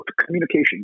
communication